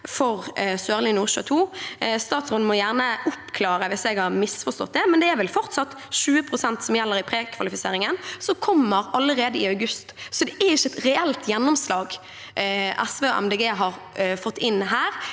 Statsråden må gjerne oppklare det hvis jeg har misforstått, men det er vel fortsatt 20 pst. som gjelder i prekvalifiseringen, som kommer allerede i august. Så det er ikke et reelt gjennomslag SV og Miljøpartiet De